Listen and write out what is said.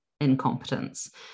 incompetence